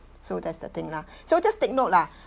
so that's the thing lah so just take note lah